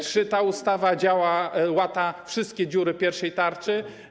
Czy ta ustawa łata wszystkie dziury pierwszej tarczy?